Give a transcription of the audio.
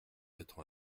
quatre